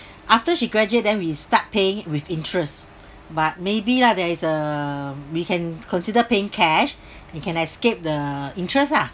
after she graduate then we start paying with interest but maybe lah there is err we can consider paying cash we can escape the interest ah